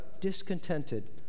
discontented